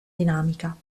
dinamica